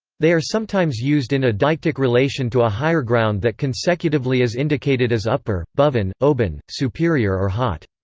they are sometimes used in a deictic relation to a higher ground that consecutively is indicated as upper, boven, oben, superior or haut.